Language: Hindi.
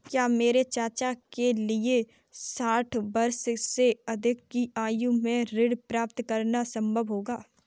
क्या मेरे चाचा के लिए साठ वर्ष से अधिक की आयु में ऋण प्राप्त करना संभव होगा?